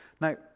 Now